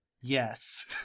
Yes